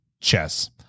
chess